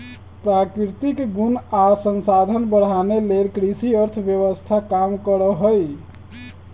प्राकृतिक गुण आ संसाधन बढ़ाने लेल कृषि अर्थव्यवस्था काम करहइ